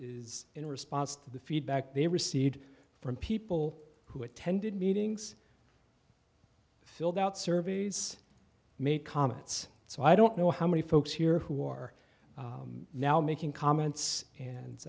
is in response to the feedback they recede from people who attended meetings filled out surveys made comments so i don't know how many folks here who are now making comments